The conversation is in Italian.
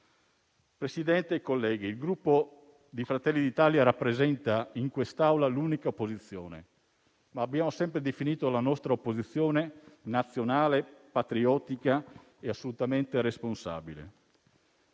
Presidente e colleghi, il Gruppo Fratelli d'Italia rappresenta in quest'Aula l'unica opposizione, ma abbiamo sempre definito la nostra opposizione nazionale, patriottica e assolutamente responsabile.